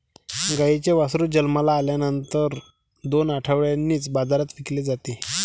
गाईचे वासरू जन्माला आल्यानंतर दोन आठवड्यांनीच बाजारात विकले जाते